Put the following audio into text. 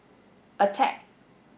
attack